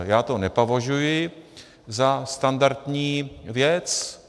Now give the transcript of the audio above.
Já to nepovažuji za standardní věc.